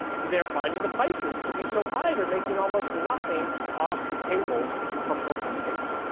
they're finding the prices to be so high they're making almost nothing off the tables from opentable.